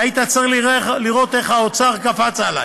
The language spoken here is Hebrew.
היית צריך לראות איך האוצר קפץ עלי